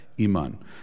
iman